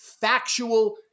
factual